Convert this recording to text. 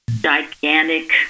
gigantic